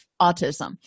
autism